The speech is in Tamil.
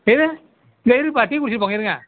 இது இருப்பா டீ குடிச்சிவிட்டு போங்க இருங்க